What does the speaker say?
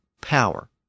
power